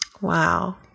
Wow